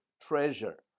treasure